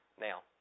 Now